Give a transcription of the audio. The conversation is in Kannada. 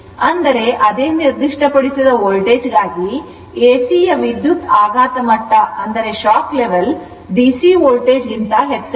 ಅಂದರೆ ಅದೇ ನಿರ್ದಿಷ್ಟಪಡಿಸಿದ ವೋಲ್ಟೇಜ್ಗಾಗಿ ಎಸಿಯ ವಿದ್ಯುತ್ ಆಘಾತ ಮಟ್ಟವು ಡಿಸಿ ವೋಲ್ಟೇಜ್ಗಿಂತ ಹೆಚ್ಚಾಗಿದೆ